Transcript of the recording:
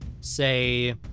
say